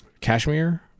Cashmere